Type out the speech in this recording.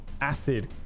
acid